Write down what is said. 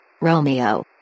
Romeo